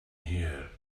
here